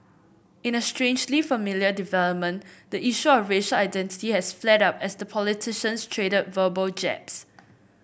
in a strangely familiar development the issue of racial identity has flared up as the politicians traded verbal jabs